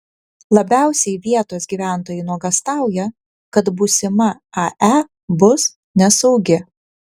labiausiai vietos gyventojai nuogąstauja kad būsima ae bus nesaugi